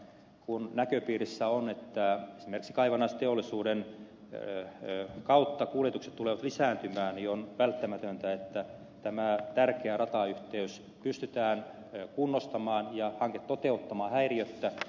kun näköpiirissä on että esimerkiksi kaivannaisteollisuuden kautta kuljetukset tulevat lisääntymään niin on välttämätöntä että tämä tärkeä ratayhteys pystytään kunnostamaan ja hanke toteuttamaan häiriöttä